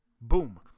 boom